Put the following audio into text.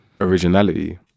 originality